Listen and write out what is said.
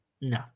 No